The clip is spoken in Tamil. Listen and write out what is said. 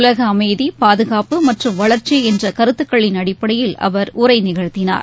உலகஅமைதி பாதுகாப்பு மற்றும் வளர்ச்சிஎன்றகருத்துக்களின் அடிப்படையில் அவர் உரைநிகழ்த்தினார்